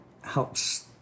helps